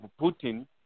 Putin